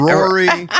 Rory